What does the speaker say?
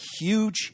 huge